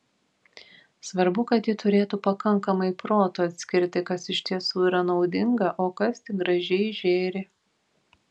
svarbu kad ji turėtų pakankamai proto atskirti kas iš tiesų yra naudinga o kas tik gražiai žėri